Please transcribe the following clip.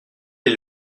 est